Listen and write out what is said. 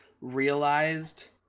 realized